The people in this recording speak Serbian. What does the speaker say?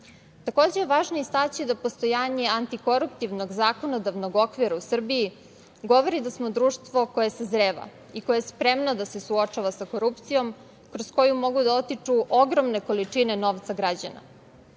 je važno istaći postojanje antikoruptivnog zakonodavnog okvira u Srbije govori da smo društvo koje sazreva i koje je spremno da se suočava sa korupcijom, kroz koju mogu da otiču ogromne količine novca građana. Takođe